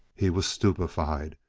he was stupefied,